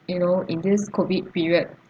you know in this COVID period